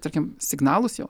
tarkim signalus jau